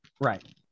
Right